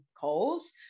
calls